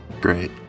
Great